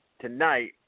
tonight